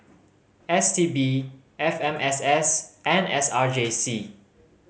S T B F M S S and S R J C